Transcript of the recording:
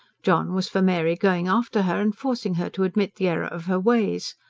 john was for mary going after her and forcing her to admit the error of her ways.